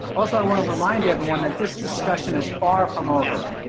also, i want to remind everyone that this discussion is far from over.